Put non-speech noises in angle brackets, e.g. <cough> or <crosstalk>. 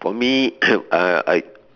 for me <coughs> uh I